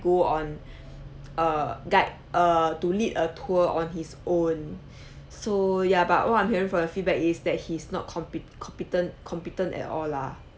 go on err guide err to lead a tour on his own so ya but what I'm hearing from your feedback is that he's not compet~ competent competent at all lah